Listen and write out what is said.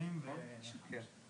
תוכניות גבוהות במתחם לא נותנות